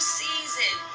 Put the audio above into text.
season